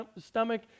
stomach